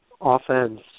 offense